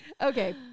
Okay